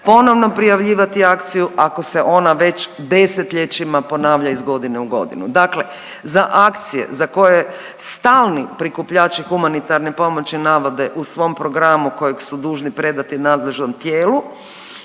ponovno prijavljivati akciju ako se ona već desetljećima ponavlja iz godine u godinu. Dakle, za akcije za koje stalni prikupljači humanitarne pomoći navode u svom programu kojeg su dužni predati nadležnom tijelu